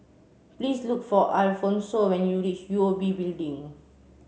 please look for Alfonso when you reach O U B Building